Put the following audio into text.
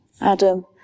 Adam